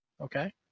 Okay